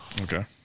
Okay